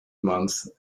months